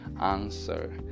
answer